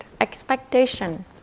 Expectation